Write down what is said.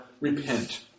Repent